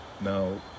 now